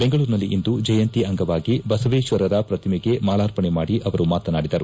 ಬೆಂಗಳೂರಿನಲ್ಲಿಂದು ಜಯಂತಿ ಅಂಗವಾಗಿ ಬಸವೇಶ್ವರರ ಪ್ರತಿಮೆಗೆ ಮಾಲಾರ್ಪಣೆ ಮಾಡಿ ಅವರು ಮಾತನಾಡಿದರು